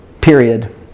Period